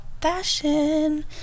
fashion